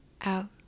out